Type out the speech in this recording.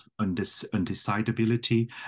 undecidability